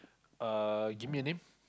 uh give me a name